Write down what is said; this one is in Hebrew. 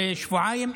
שתוך חודשיים,